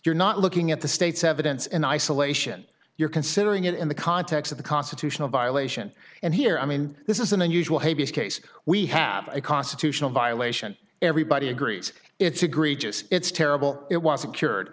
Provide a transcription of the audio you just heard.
you're not looking at the state's evidence in isolation you're considering it in the context of the constitutional violation and here i mean this is an unusual habeas case we have a constitutional violation everybody agrees it's agree just it's terrible it was secured